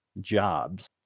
jobs